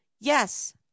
Yes